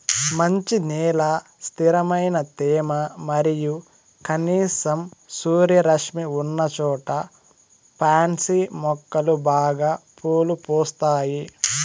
మంచి నేల, స్థిరమైన తేమ మరియు కనీసం సూర్యరశ్మి ఉన్నచోట పాన్సి మొక్కలు బాగా పూలు పూస్తాయి